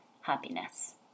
happiness